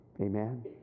Amen